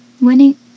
winning